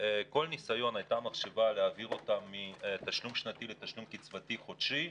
הייתה מחשבה להעביר אותם מתשלום שנתי לתשלום קצבתי חודשי,